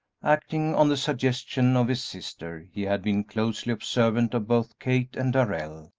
acting on the suggestion of his sister, he had been closely observant of both kate and darrell,